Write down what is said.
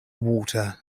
water